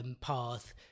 path